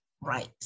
right